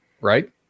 right